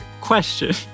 Question